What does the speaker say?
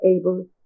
able